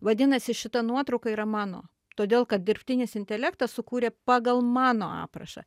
vadinasi šita nuotrauka yra mano todėl kad dirbtinis intelektas sukūrė pagal mano aprašą